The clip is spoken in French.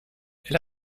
elle